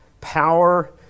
power